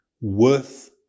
worth